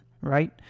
right